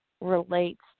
relates